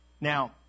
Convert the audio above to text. Now